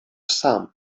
sam